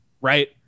right